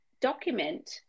document